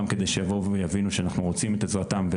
כדי שיבואו ויבינו שאנחנו רוצים את עזרתם,